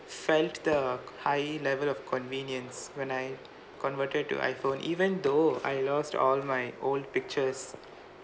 felt the high-level of convenience when I converted to iphone even though I lost all my old pictures